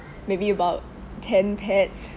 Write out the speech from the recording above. maybe about ten pets